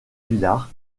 vilar